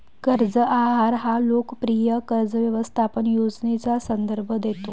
कर्ज आहार हा लोकप्रिय कर्ज व्यवस्थापन योजनेचा संदर्भ देतो